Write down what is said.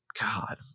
God –